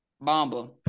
Bomba